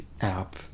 app